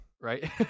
right